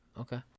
Okay